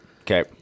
Okay